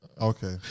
Okay